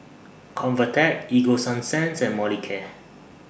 Convatec Ego Sunsense and Molicare